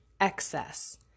excess